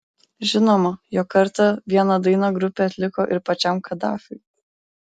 žinoma jog kartą vieną dainą grupė atliko ir pačiam kadafiui